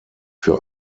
für